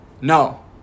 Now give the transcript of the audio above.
No